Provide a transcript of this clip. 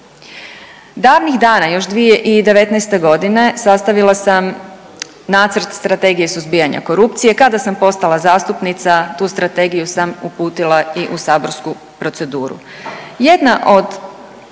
Davnih dana, još 2019. g. sastavila sam nacrt strategije suzbijanja korupcije, kada sam postala zastupnica, tu strategiju sam uputila i u saborsku proceduru. Jedna od